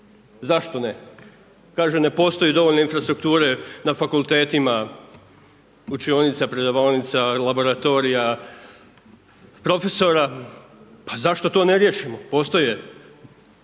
zašto ne? Kaže ne postoji dovoljno infrastrukture na fakultetima, učionica, prodavaonica laboratorija, profesora, pa zašto to ne riješimo, postoji